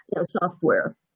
software